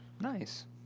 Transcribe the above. Nice